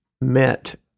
met